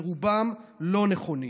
ורובם לא נכונים.